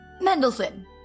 Mendelssohn